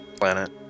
planet